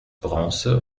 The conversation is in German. bronze